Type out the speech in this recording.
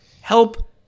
help